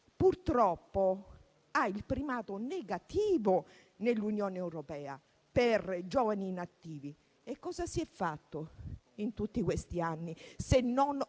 purtroppo, ha il primato negativo nell'Unione europea per giovani inattivi. Cosa si è fatto in tutti questi anni se non